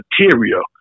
material